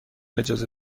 اجازه